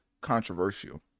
controversial